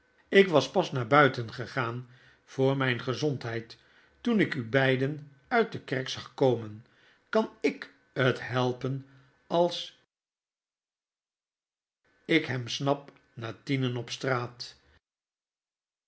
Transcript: lk was pas naar buiten gegaan voor mijn gezondheid toen ik u beiden uit de kerk zag komen kan ik het helpen als ik hem snap na tienen op straat